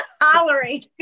hollering